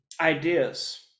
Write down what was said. ideas